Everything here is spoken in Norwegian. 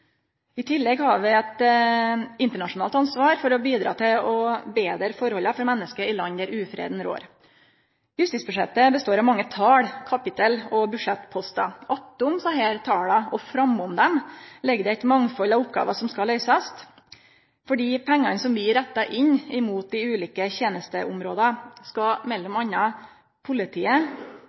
I tillegg har vi eit internasjonalt ansvar for å bidra til å betre forholda for menneske i land der ufreden rår. Justisbudsjettet består av mange tal, kapittel og budsjettpostar. Attom desse tala – og framom dei – ligg det eit mangfald av oppgåver som skal løysast. For dei pengane som vi rettar inn imot dei ulike tenesteområda, skal m.a. politiet